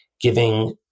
giving